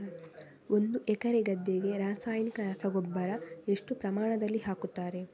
ಒಂದು ಎಕರೆ ಗದ್ದೆಗೆ ರಾಸಾಯನಿಕ ರಸಗೊಬ್ಬರ ಎಷ್ಟು ಪ್ರಮಾಣದಲ್ಲಿ ಹಾಕುತ್ತಾರೆ?